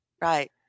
Right